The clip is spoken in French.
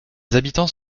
habitants